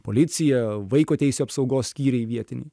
policija vaiko teisių apsaugos skyriai vietiniai